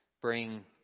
bring